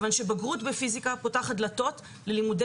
כיוון שבגרות בפיזיקה פותחת דלתות ללימודי